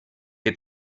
que